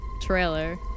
trailer